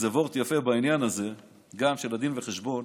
איזה וורט יפה בעניין הזה של הדין וחשבון.